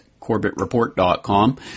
CorbettReport.com